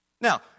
Now